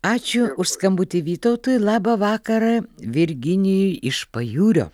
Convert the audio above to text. ačiū už skambutį vytautui labą vakarą virginijui iš pajūrio